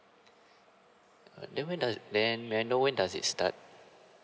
then when the when does it start